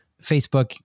Facebook